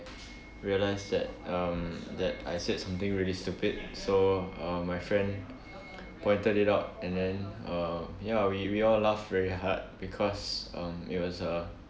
realised that um that I said something really stupid so uh my friend pointed it out and then uh ya we we all laughed very hard because um it was a